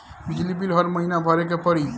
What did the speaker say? बिजली बिल हर महीना भरे के पड़ी?